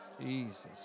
Jesus